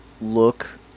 look